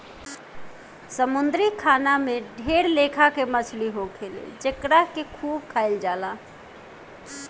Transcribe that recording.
समुंद्री खाना में ढेर लेखा के मछली होखेले जेकरा के खूब खाइल जाला